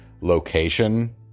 location